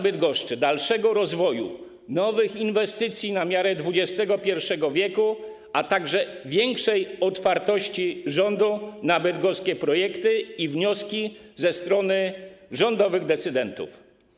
Bydgoszczy dalszego rozwoju, nowych inwestycji na miarę XXI w., a także większej otwartości rządu na bydgoskie projekty i wnioski ze strony rządowych decydentów.